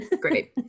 Great